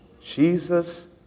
Jesus